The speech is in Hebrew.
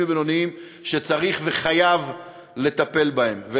ובינוניים שצריכים וחייבים לטפל בהם.